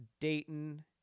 Dayton